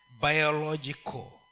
Biological